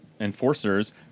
enforcers